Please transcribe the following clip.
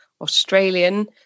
Australian